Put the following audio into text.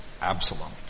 Absalom